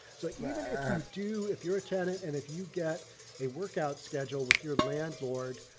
so even if you do if you're a tenant and if you get a workout schedule with your landlord,